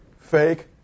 fake